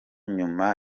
nyuma